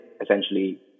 essentially